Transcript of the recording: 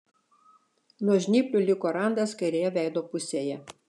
nuo žnyplių liko randas kairėje veido pusėje